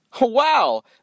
Wow